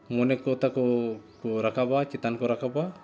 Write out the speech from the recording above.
ᱢᱚᱱᱮ ᱠᱚ ᱛᱟᱠᱚ ᱠᱚ ᱨᱟᱠᱟᱵᱟ ᱪᱮᱛᱟᱱ ᱠᱚ ᱨᱟᱠᱟᱵᱟ